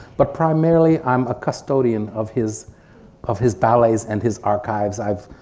but primarily, i'm a custodian of his of his ballets and his archives. i've